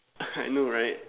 I know right